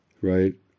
right